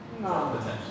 No